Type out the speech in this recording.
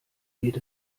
geht